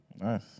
Nice